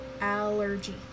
Allergy